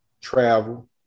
Travel